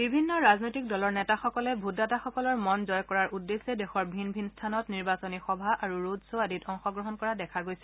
বিভিন্ন ৰাজনৈতিক দলৰ নেতাসকলে ভোটদাতাসকলৰ মন জয় কৰাৰ উদ্দেশ্যে দেশৰ ভিন ভিন স্থানত নিৰ্বাচনী সভা আৰু ৰোড শ্ব' আদিত অংশগ্ৰহণ কৰা দেখা গৈছে